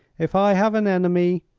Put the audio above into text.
if i have an enemy,